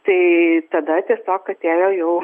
tai tada tiesiog atėjo jau